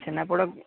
chhena poda